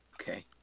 okay